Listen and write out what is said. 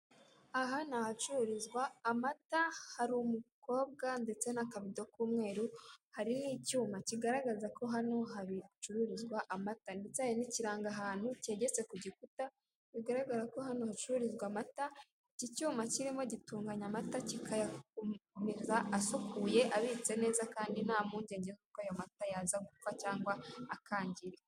Aha ni ahacururizwa amata, hari umukobwa ndetse n'akabido k'umweru, hari n'icyuma kigaragaza ko hano hacururizwa amata ndetse hari n'ikirangahantu kegetse ku gikuta bigaragara ko hano hacururizwa amata, iki cyuma kirimo gitunganya amata, kikayakomeza asukuye, abitse neza kandi nta mpungenge z'uko ayo mata yaza gupfa cyangwa akangirika.